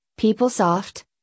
PeopleSoft